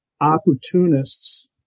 Opportunists